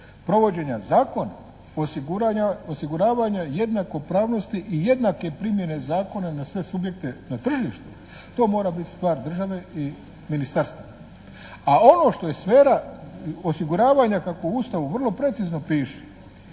provođenja zakona, osiguravanja jednakopravnosti i jednake primjene zakona na sve subjekte na tržištu to mora biti stvar države i ministarstva, a ono što je sfera osiguravanja kako u Ustavu vrlo precizno piše